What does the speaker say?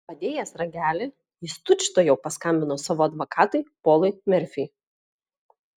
padėjęs ragelį jis tučtuojau paskambino savo advokatui polui merfiui